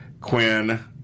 Quinn